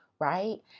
right